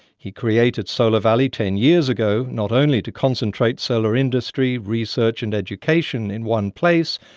he created solar valley ten years ago not only to concentrate solar industry, research and education in one place,